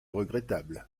regrettable